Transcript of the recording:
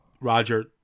Roger